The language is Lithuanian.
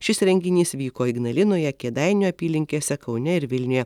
šis renginys vyko ignalinoje kėdainių apylinkėse kaune ir vilniuje